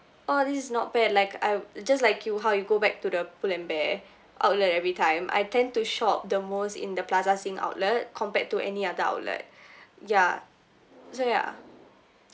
oh this is not bad like I just like you how you go back to the pull and bear outlet everytime I tend to shop the most in the plaza sing outlet compared to any other outlet ya so ya